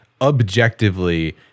objectively